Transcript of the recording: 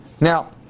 Now